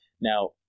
Now